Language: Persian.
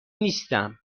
نیستم